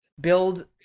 build